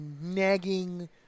nagging